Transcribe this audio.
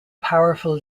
powerful